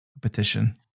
petition